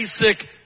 basic